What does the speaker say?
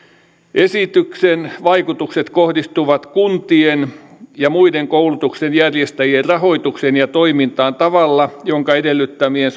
esityksen vaikutukset kohdistuvat kuntien ja muiden koulutuksen järjestäjien rahoitukseen ja toimintaan tavalla jonka edellyttämien